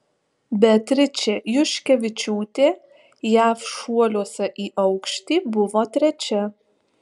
beatričė juškevičiūtė jav šuoliuose į aukštį buvo trečia